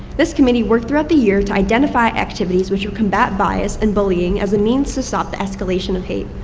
this committee worked throughout the year to identify activities which would combat bias and bullying as a means to stop the escalation of hate.